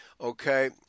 Okay